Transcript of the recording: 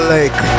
Lake